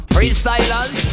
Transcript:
Freestylers